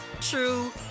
true